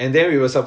ya